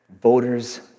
Voter's